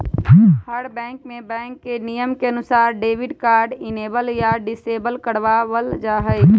हर bank में bank के नियम के अनुसार डेबिट कार्ड इनेबल या डिसेबल करवा वल जाहई